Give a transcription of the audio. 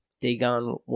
Dagon